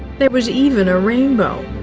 there was even a rainbow.